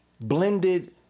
blended